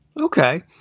Okay